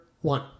one